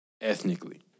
ethnically